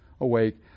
awake